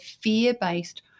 fear-based